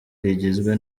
rigizwe